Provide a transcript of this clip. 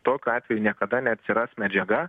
tokiu atveju niekada neatsiras medžiaga